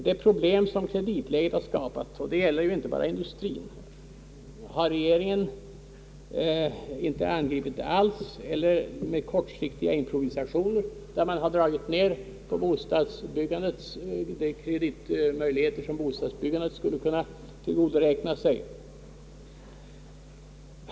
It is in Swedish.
De problem som kreditläget har skapat — och det gäller inte bara industrien — har regeringen inte angripit alls eller angripit med kortsiktiga improvisationer, där man har minskat de kreditmöjligheter som bostadsbyggandet skulle kunna tillgodoräkna sig.